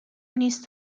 نیست